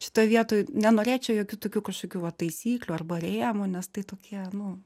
šitoj vietoj nenorėčiau jokių tokių kažkokių va taisyklių arba rėmų nes tai tokie nu